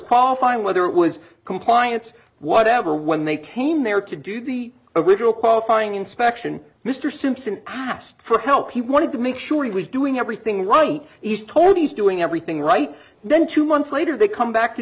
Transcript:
qualifying whether it was compliance whatever when they came there to do the original qualifying inspection mr simpson asked for help he wanted to make sure he was doing everything right east toby's doing everything right and then two months later they come back to